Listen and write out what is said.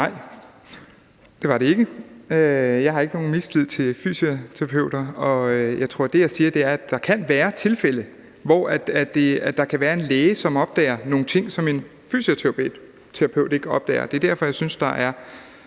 Nej, det var det ikke. Jeg har ikke nogen mistillid til fysioterapeuter, og det, jeg siger, er, at jeg tror, der kan være tilfælde, hvor der kan være en læge, som opdager nogle ting, som en fysioterapeut ikke opdager. Det er derfor, jeg synes, der er